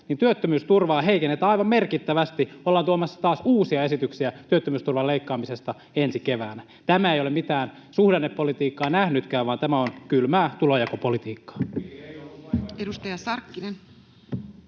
niin työttömyysturvaa heikennetään aivan merkittävästi, ollaan tuomassa taas uusia esityksiä työttömyysturvan leikkaamisesta ensi keväänä? Tämä ei ole mitään suhdannepolitiikkaa nähnytkään, vaan tämä on kylmää tulonjakopolitiikkaa. [Speech